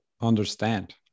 understand